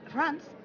France